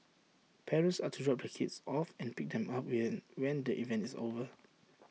parents are to drop their kids off and pick them up here when the event is over